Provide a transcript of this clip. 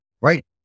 right